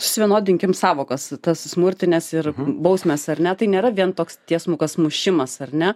susivienodinkim sąvokas tas smurtines ir bausmės ar ne tai nėra vien toks tiesmukas mušimas ar ne